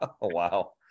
wow